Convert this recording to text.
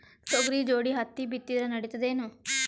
ತೊಗರಿ ಜೋಡಿ ಹತ್ತಿ ಬಿತ್ತಿದ್ರ ನಡಿತದೇನು?